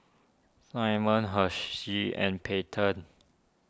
Simmons Hersheys and Pantene